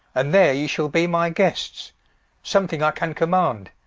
and there ye shall be my guests something i can command.